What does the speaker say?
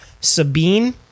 Sabine